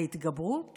ההתגברות